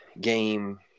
game